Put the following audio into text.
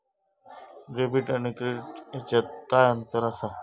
Debit आणि credit ह्याच्यात काय अंतर असा?